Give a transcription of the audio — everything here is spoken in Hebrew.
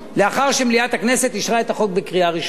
לאחר שמליאת הכנסת אישרה את החוק בקריאה ראשונה.